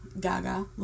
Gaga